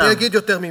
אני אגיד יותר ממילה.